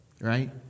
right